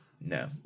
No